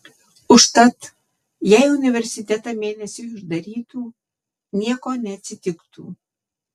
užtat jei universitetą mėnesiui uždarytų nieko neatsitiktų